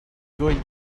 going